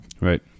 Right